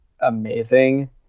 amazing